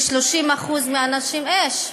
כ-30% מהנשים, אֵיש?